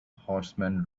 horseman